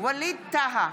ווליד טאהא,